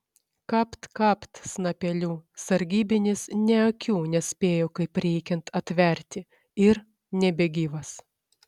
kapt kapt snapeliu sargybinis nė akių nespėjo kaip reikiant atverti ir nebegyvas